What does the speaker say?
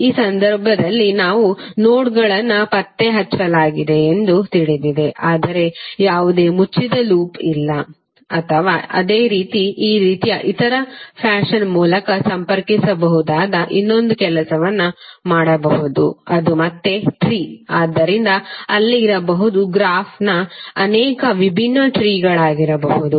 ಈ ಸಂದರ್ಭದಲ್ಲಿ ಎಲ್ಲಾ ನೋಡ್ಗಳನ್ನು ಪತ್ತೆಹಚ್ಚಲಾಗಿದೆ ಎಂದು ತಿಳಿದಿದೆ ಆದರೆ ಯಾವುದೇ ಮುಚ್ಚಿದ ಲೂಪ್ ಇಲ್ಲ ಅಥವಾ ಅದೇ ರೀತಿ ಈ ರೀತಿಯ ಇತರ ಫ್ಯಾಷನ್ ಮೂಲಕ ಸಂಪರ್ಕಿಸಬಹುದಾದ ಇನ್ನೊಂದು ಕೆಲಸವನ್ನು ಮಾಡಬಹುದುಅದು ಮತ್ತೆ ಟ್ರೀ ಆದ್ದರಿಂದ ಅಲ್ಲಿ ಇರಬಹುದು ಗ್ರಾಫ್ನ ಅನೇಕ ವಿಭಿನ್ನ ಟ್ರೀಗಳಾಗಿರಬಹುದು